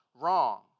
wrong